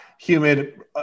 Humid